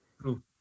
True